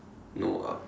no up